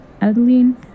Adeline